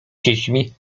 dziećmi